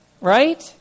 right